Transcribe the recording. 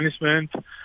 management